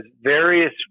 various